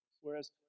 Whereas